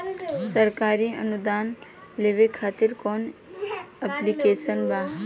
सरकारी अनुदान लेबे खातिर कवन ऐप्लिकेशन बा?